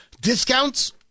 discounts